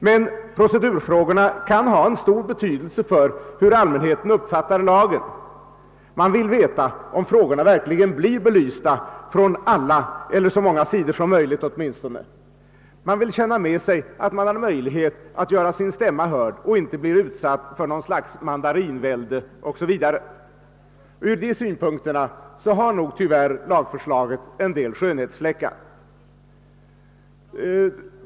Men procedurfrågorna kan ha en stor betydelse för hur allmänheten uppfattar lagen. Man vill veta om frågorna verkligen blir belysta från alla sidor eller åtminstone från så många sidor som möjligt. Man vill känna att man har möjlighet att göra sin stämma hörd och inte bli utsatt för något slags mandarinvälde etc. Från dessa synpunkter har nog lagförslaget tyvärr en del skönhetsfläckar.